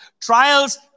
Trials